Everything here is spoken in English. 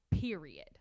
period